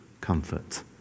comfort